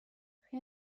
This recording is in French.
rien